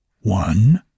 One